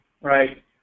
Right